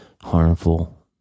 harmful